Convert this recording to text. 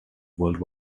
world